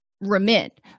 remit